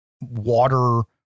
water